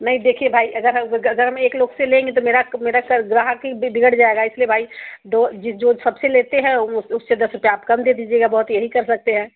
नहीं देखिए भाई अगर अग अगर हम एक लोग से लेंगे तो मेरा क मेरा कल ग्राहक भी बिगड़ जाएगा इसलिए भाई दो जो सबसे लेते हैं वह उससे दस रुपया आप कम दे दीजिएगा बहुत यही कर सकते हैं